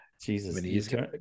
Jesus